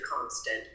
constant